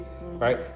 right